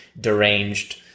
deranged